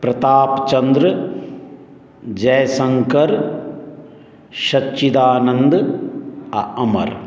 प्रताप चन्द्र जयशङ्कर सच्चिदानन्द आ अमर